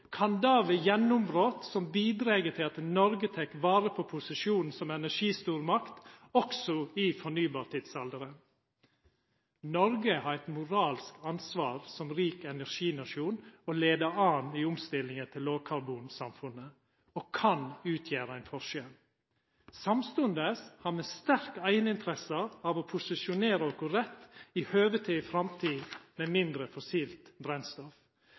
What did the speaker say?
kan det vera gjennombrot som bidreg til at Noreg tek vare på posisjonen som energistormakt også i den fornybare tidsalderen. Noreg har eit moralsk ansvar som rik energinasjon til å leia an i omstillinga til lågkarbonsamfunnet, og me kan utgjera ein forskjell. Samstundes har me sterk eigeninteresse i å posisjonera oss rett når det gjeld ei framtid med mindre fossilt